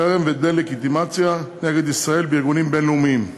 חרם ודה-לגיטימציה נגד ישראל בארגונים בין-לאומיים,